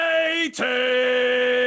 eighty